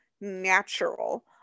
natural